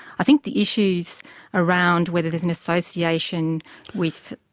i think the issues around whether there's an association with,